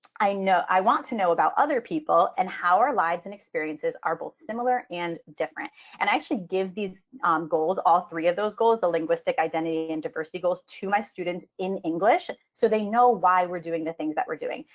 i know i want to know about other people and how our lives and experiences are both similar and different and actually give these um goals, all three of those goals, the linguistic identity and diversity goals to my students in english. so they know why we're doing the things that we're doing.